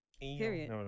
Period